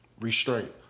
restraint